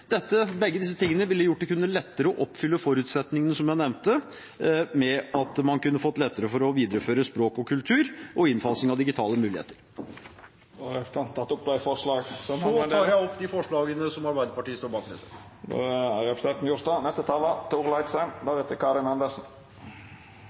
Begge disse tingene ville gjort det lettere å oppfylle forutsetningene som jeg nevnte, ved at man kunne fått det lettere med å videreføre språk og kultur og innfasing av digitale muligheter. Så tar jeg opp det forslaget som Arbeiderpartiet står bak. Representanten Stein Erik Lauvås har teke opp